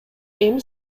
эми